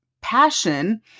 passion